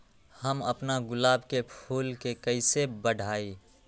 हम अपना गुलाब के फूल के कईसे बढ़ाई?